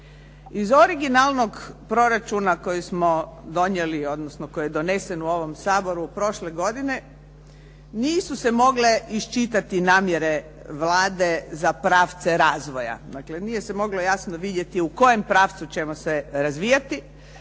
Iz originalnog proračuna koji smo donijeli, odnosno koji je donesen u ovom Saboru prošle godine nisu se mogle iščitati namjere Vlade za pravce razvoja, dakle, nije se moglo jasno vidjeti u kojem pravcu ćemo se razvijati.